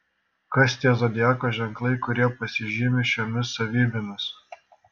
kas tie zodiako ženklai kurie pasižymi šiomis savybėmis